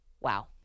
wow